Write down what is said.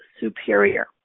superior